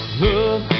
love